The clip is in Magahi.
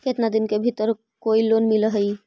केतना दिन के भीतर कोइ लोन मिल हइ?